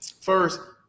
first